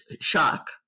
shock